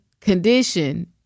condition